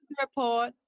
report